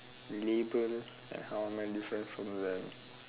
liberal like how am I different from the